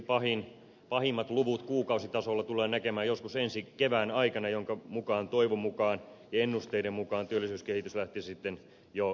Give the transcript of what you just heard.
todennäköisesti pahimmat luvut kuukausitasolla tullaan näkemään joskus ensi kevään aikana jonka jälkeen toivon mukaan ja ennusteiden mukaan työllisyyskehitys lähtisi sitten jo paranemaan